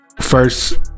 first